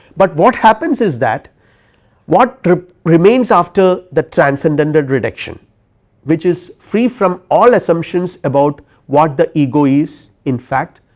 but what happens is that what remains after the transcendental reduction which is free from all assumptions about what the ego is. in fact,